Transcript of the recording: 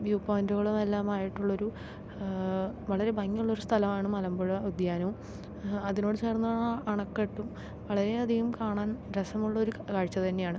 view പോയിൻറ്റുകളുമെല്ലാം ആയിട്ടുള്ളൊരു വളരെ ഭംഗിയുള്ളൊരു സ്ഥലമാണ് മലമ്പുഴ ഉദ്യാനവും അതിനോട് ചേർന്നാണാ അണക്കെട്ടും വളരേ അധികം കാണാൻ രസമുള്ളൊരു കാഴ്ച തന്നെയാണ്